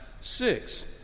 six